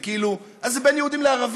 זה כאילו, אז זה בין יהודים לערבים.